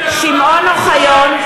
(קוראת בשמות חברי הכנסת) שמעון אוחיון,